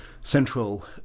central